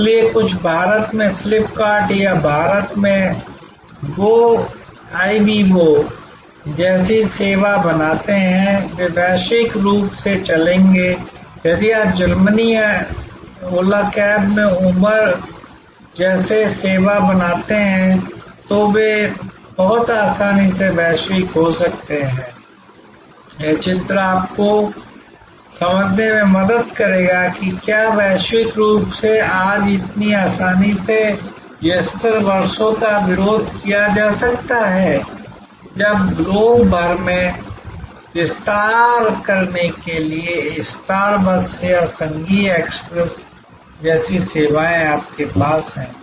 इसलिए कुछ भारत में FlipKart या भारत में Goibibo जैसी सेवा बनाते हैं वे वैश्विक रूप से चलेंगे यदि आप जर्मनी या ओला कैब में उबर जैसी सेवा बनाते हैं तो वे बहुत आसानी से वैश्विक हो सकते हैं यह चित्र आपको यह समझने में मदद करेगा कि वे क्या वैश्विक रूप से आज इतनी आसानी से यस्टर वर्षों का विरोध किया जा सकता है जब ग्लोब भर में विस्तार करने के लिए स्टारबक्स या संघीय एक्सप्रेस जैसी सेवाएं आपके पास हैं